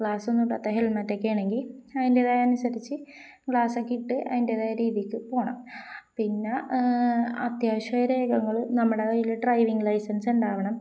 ഗ്ലാസൊന്നുമില്ലാത്ത ഹെൽമെറ്റൊക്കെയാണെങ്കില് അതിന്റേതായ ഇതനുസരിച്ച് ഗ്ലാസ്സൊക്കെയിട്ട് അതിൻ്റേതായ രീതിക്ക് പോകണം പിന്നെ അത്യാവശ്യ രേഖകള് നമ്മുടെ കയ്യില് ഡ്രൈവിംഗ് ലൈസൻസ് ഉണ്ടാകണം